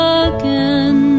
again